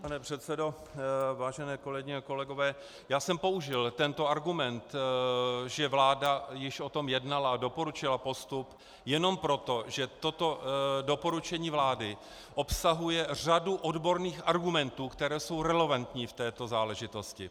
Pane předsedo, vážené kolegyně a kolegové, já jsem použil tento argument, že vláda již o tom jednala a doporučila postup jenom proto, že toto doporučení vlády obsahuje řadu odborných argumentů, které jsou relevantní v této záležitosti.